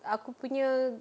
aku punya